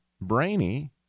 brainy